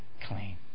clean